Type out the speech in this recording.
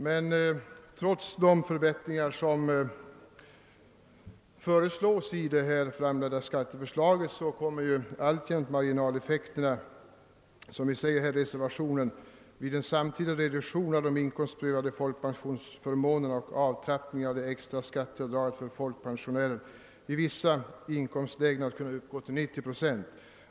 Men trots de förbättringar som föreslås i det framlagda skatteförslaget kommer alltjämt marginaleffekterna, som det står i reservationen, »vid en samtidig reduktion av de inkomstprövade folkpensionsförmånerna och avtrappning av det extra skatteavdraget för folkpensionärer i vissa inkomstlägen att kunna uppgå till 90 procent.